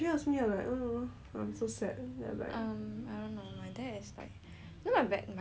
um I don't know my dad is like you know my dad look down on me he is like err